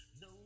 no